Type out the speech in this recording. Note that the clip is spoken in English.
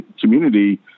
community